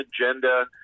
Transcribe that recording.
agenda